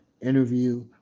Interview